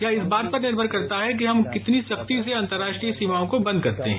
यह इस बात पर निर्भर करता है कि हम कितनी सख्ती से अंतर्राष्ट्रीय सीमाओं को बंद करते हैं